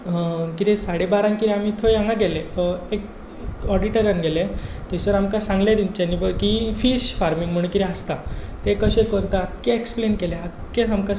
कितें साडेबाराक कितें आमी थंय हांगा गेले एक ऑडिटरांत गेले थंयसर आमकां सांगलें तांच्यानी की फीश फार्मिंग म्हूण कितें आसता तें कशें करतात तें आख्खें एक्सप्लेन केलें आख्खें आमकां सांगलें